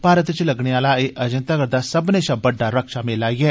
भारत च लग्गने आहला एह अर्जे तगर दा सब्भनें शा बड्डा रक्षा मेला ऐ